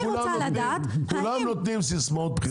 כולם אומרים סיסמאות בחירות.